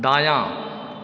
दायाँ